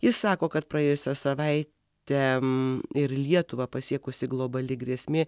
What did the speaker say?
jis sako kad praėjusią savaitę m ir lietuvą pasiekusi globali grėsmė